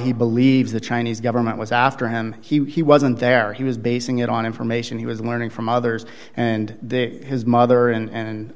he believes the chinese government was after him he wasn't there he was basing it on information he was learning from others and his mother and